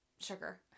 sugar